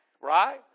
Right